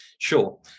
Sure